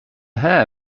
hair